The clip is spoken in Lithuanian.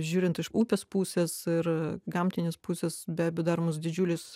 žiūrint iš upės pusės ir gamtinės pusės be abejo daromas didžiulis